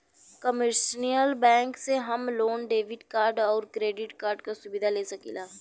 commercial bank से हम लोग डेबिट कार्ड आउर क्रेडिट कार्ड क सुविधा ले सकीला